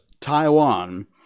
Taiwan